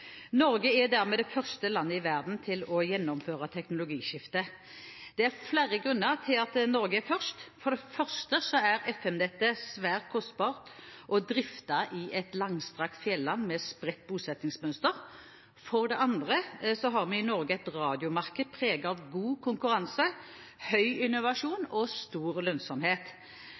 Norge er dermed det første landet i verden til å gjennomføre teknologiskiftet. Det er flere grunner til at Norge er først: For det første er FM-nettet svært kostbart å drifte i et langstrakt fjelland med spredt bosettingsmønster, for det andre har vi i Norge et radiomarked preget av god konkurranse, høy